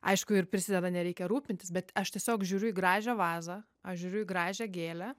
aišku ir prisideda nereikia rūpintis bet aš tiesiog žiūriu į gražią vazą aš žiūriu į gražią gėlę